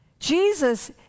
Jesus